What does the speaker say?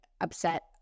upset